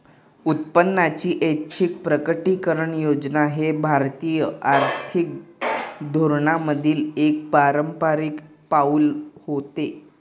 उत्पन्नाची ऐच्छिक प्रकटीकरण योजना हे भारतीय आर्थिक धोरणांमधील एक अपारंपारिक पाऊल होते